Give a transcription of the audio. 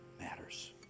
matters